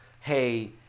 hey